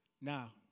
now